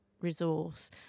resource